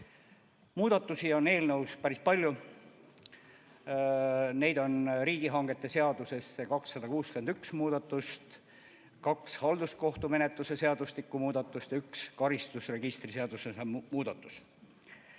Muudatusi on eelnõus päris palju. Riigihangete seaduses on 261 muudatust, on kaks halduskohtumenetluse seadustiku muudatust ja üks karistusregistri seaduse muudatus.